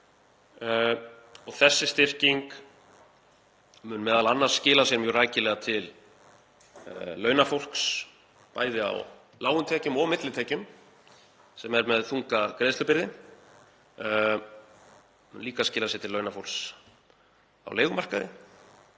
Þessi styrking mun m.a. skila sér mjög rækilega til launafólks, bæði á lágum tekjum og millitekjum, sem er með þunga greiðslubyrði. Hún mun líka skila sér til launafólks á leigumarkaði,